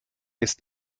ist